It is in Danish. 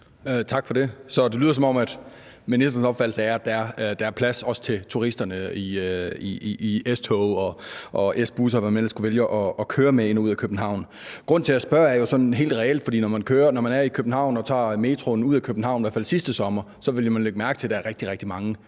opfattelse er, at der er plads, også til turisterne, i S-togene og S-busserne, og hvad man nu ellers vælger at køre med ind og ud af København. Grunden til, at jeg spørger, er jo sådan helt reel, for når man er i København og tager metroen ud af København – i hvert fald sidste sommer – vil man lægge mærke til, at der er rigtig,